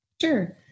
Sure